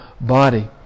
body